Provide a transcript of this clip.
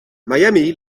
miami